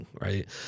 right